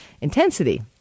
intensity